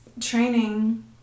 training